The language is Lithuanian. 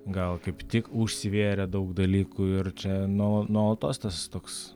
gal kaip tik užsivėrė daug dalykų ir čia no nuolatos tas toks